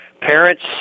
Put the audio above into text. parents